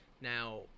Now